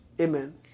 Amen